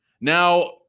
Now